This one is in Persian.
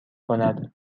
کند